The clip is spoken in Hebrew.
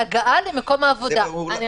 הם צריכים שהמורים יגיעו אליהם הביתה.